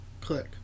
Click